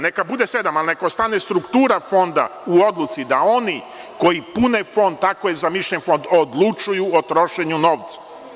Neka bude sedam, ali neka ostane struktura Fonda u odluci da oni koji pune Fond, tako je zamišljen Fond, odlučuju o trošenju novca.